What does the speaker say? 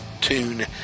tune